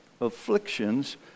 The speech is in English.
afflictions